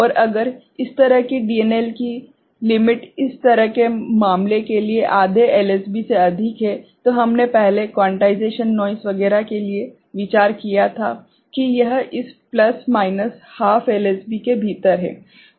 और अगर इस तरह की DNL की सीमा इस तरह के मामले के लिए आधे LSB से अधिक है तो हमने पहले क्वांटाइजेशन नोइस वगैरह के लिए विचार किया था कि यह इस प्लस माइनस हाफ LSB के भीतर है